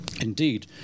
Indeed